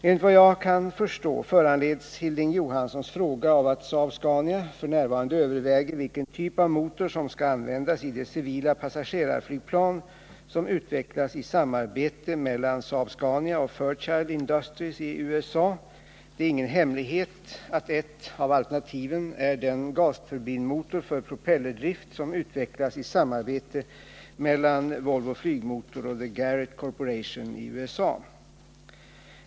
Enligt vad jag kan förstå föranleds Hilding Johanssons fråga av att Saab-Scania f. n. överväger vilken typ av motor som skall användas i det civila passagerarflygplan som utvecklas i samarbete mellan Saab-Scania och Fairchild Industries i USA. Det är ingen hemlighet att ett av alternativen är den gasturbinmotor för propellerdrift som utvecklas i samarbete mellan Volvo Flygmotor och The Garrett Corporation i USA.